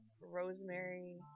rosemary